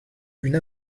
une